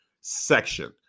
section